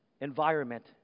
environment